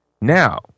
Now